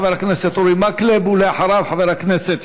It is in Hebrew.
חבר הכנסת אורי מקלב, ואחריו, חבר הכנסת